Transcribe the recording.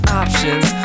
options